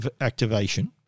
activation